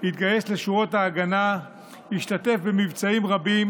התגייס לשורות ההגנה והשתתף במבצעים רבים